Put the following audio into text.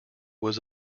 was